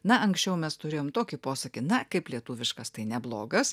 na anksčiau mes turėjom tokį posakį na kaip lietuviškas tai neblogas